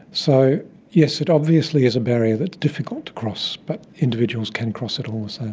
so yes, it obviously is a barrier that's difficult to cross, but individuals can cross it all the same.